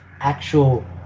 actual